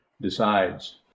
decides